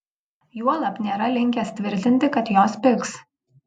juolab nėra linkęs tvirtinti kad jos pigs